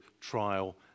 trial